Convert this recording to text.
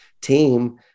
team